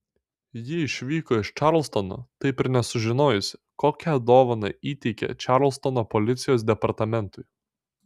ji išvyko iš čarlstono taip ir nesužinojusi kokią dovaną įteikė čarlstono policijos departamentui